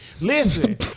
Listen